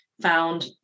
found